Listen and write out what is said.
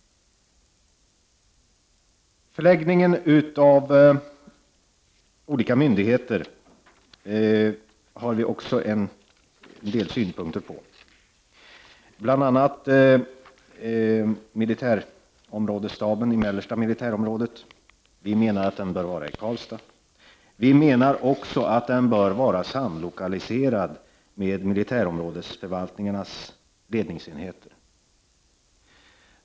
Förläggningen av olika myndigheter har vi i vpk också en del synpunkter på, bl.a. militärområdesstaben i Mellersta militärområdet, som bör vara i Karlstad. Den bör också vara samlokaliserad med militärområdesförvaltningarnas ledningsenheter.